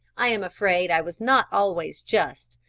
i am afraid i was not always just,